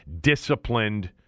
disciplined